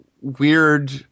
weird